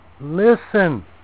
Listen